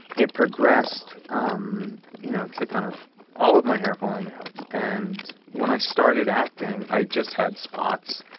it progressed, um you know, to kind of all of my hair falling out. and when i started acting, i just had spots.